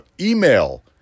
email